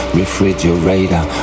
refrigerator